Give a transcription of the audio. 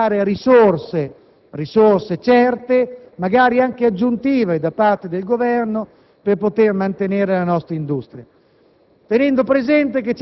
di identificare risorse certe, magari anche aggiuntive, da parte del Governo, per poter mantenere la nostra industria,